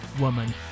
woman